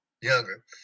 younger